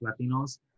Latinos